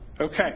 Okay